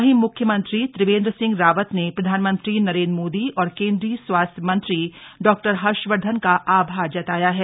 वहीं मुख्यमंत्री त्रिवेन्द्र सिंह रावत ने प्रधानमंत्री नरेन्द्र मोदी और केन्द्रीय स्वास्थ्य मंत्री डॉ हर्षवर्धन का आभार जताया है